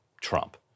Trump